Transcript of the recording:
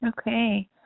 Okay